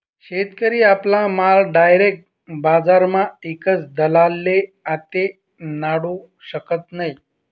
शेतकरी आपला माल डायरेक बजारमा ईकस दलाल आते नाडू शकत नै